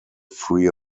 free